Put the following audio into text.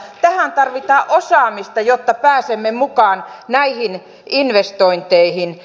tähän tarvitaan osaamista jotta pääsemme mukaan näihin investointeihin